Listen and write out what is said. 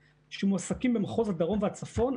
שמועסקים במחוז הדרום ובמחוז הצפון,